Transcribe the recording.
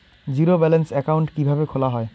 Zero balance account কিভাবে খোলা হয়?